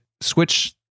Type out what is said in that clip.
switch